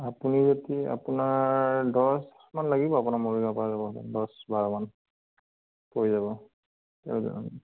আপুনি এতি আপোনাৰ দহ মান লাগিব আপোনাৰ মৰিগাঁওৰ পৰা যাব হ'লে দহ বাৰ মান পৰি যাব